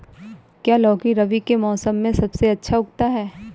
क्या लौकी रबी के मौसम में सबसे अच्छा उगता है?